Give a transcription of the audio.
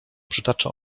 przytacza